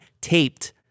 taped